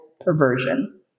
perversion